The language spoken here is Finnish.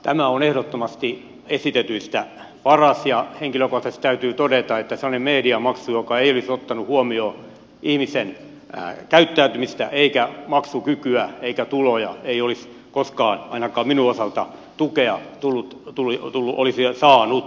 tämä on ehdottomasti esitetyistä paras ja henkilökohtaisesti täytyy todeta että sellainen mediamaksu joka ei olisi ottanut huomioon ihmisen käyttäytymistä eikä maksukykyä eikä tuloja ei olisi koskaan ainakaan minun osaltani tukea tullut tulli on tullut poliisi on saanut